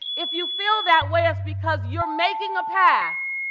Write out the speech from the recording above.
if you feel that way, it's because you're making a path